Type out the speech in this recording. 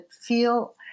feel